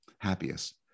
happiest